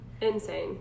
Insane